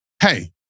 hey